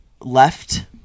left